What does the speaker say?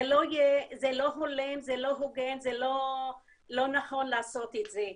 זה לא הולם, זה לא הוגן, זה לא נכון לעשות את זה,